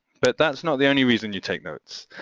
but that's not the only reason you take notes.